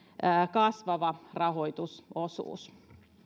kasvava rahoitusosuus